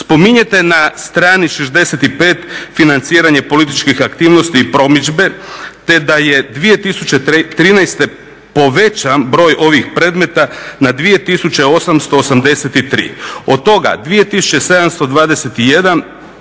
Spominjete na strani 65 financiranje političkih aktivnosti i promidžbe te da je 2013. povećan broj ovih predmeta na 2883. Od toga 2721